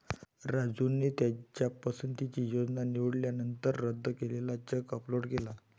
राजूने त्याच्या पसंतीची योजना निवडल्यानंतर रद्द केलेला चेक अपलोड केला